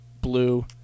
blue